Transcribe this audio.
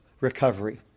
recovery